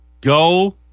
go